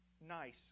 nice